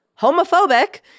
homophobic